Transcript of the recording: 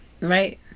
Right